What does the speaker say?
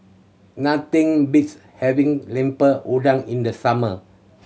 nothing beats having Lemper Udang in the summer